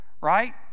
right